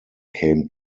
came